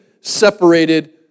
separated